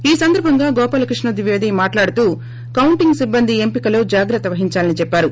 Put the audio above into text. ఈ సందర్బం గా గోపాల కృష్ణ ద్వివేదీ మాట్లాడుతూ కౌంటింగ్ సిబ్బంది ఎంపికలో జాగ్రత్త పహించాలని చెప్పారు